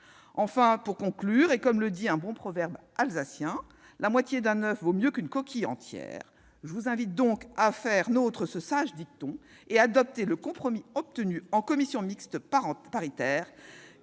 Enfin, comme le dit un bon proverbe alsacien, « la moitié d'un oeuf vaut mieux qu'une coquille entière ». Je vous invite à faire vôtre ce sage dicton et à adopter le compromis obtenu en commission mixte paritaire,